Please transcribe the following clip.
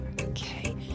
okay